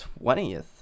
20th